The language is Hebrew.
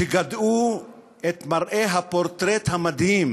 שגדעו את מראה הפורטרט המדהים